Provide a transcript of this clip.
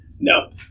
No